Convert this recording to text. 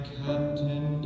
captain